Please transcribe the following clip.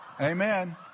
Amen